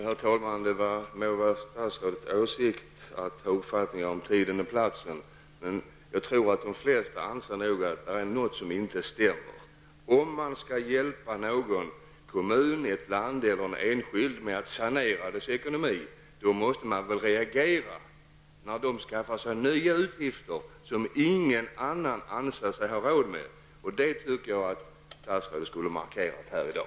Herr talman! Det må vara statsrådets rätt att ha uppfattningar om tiden och platsen, men jag tror nog att de flesta anser att det här är något som inte stämmer. Om man skall hjälpa ett land, en kommun eller en enskild person att sanera sin ekonomi, måste man väl reagera när vederbörande skaffar sig nya utgifter, som ingen annan anser sig ha råd med. Jag tycker att statsrådet skulle ha merkerat detta här i dag.